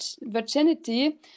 virginity